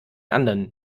anderen